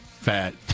fat